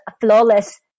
flawless